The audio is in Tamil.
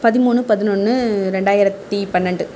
பதிமூணு பதினொன்று ரெண்டாயிரத்தி பன்னெண்டு